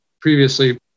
previously